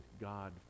God